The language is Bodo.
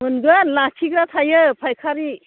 मोनगोन लाखिग्रा थायो फाइखारि